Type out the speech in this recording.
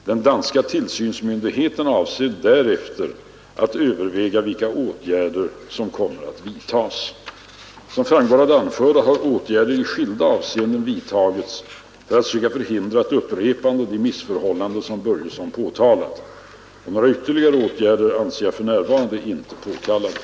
Den danska tillsynsmyndigheten avser därefter att överväga vilka åtgärder som kommer att vidtas. Som framgår av det anförda har åtgärder i skilda avseenden vidtagits för att söka förhindra ett upprepande av de missförhållanden som herr Börjesson påtalat. Några ytterligare åtgärder anser jag för närvarande inte påkallade.